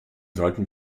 sollten